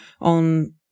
on